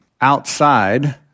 outside